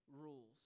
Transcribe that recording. rules